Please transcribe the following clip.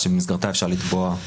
בעניין הגשת תביעות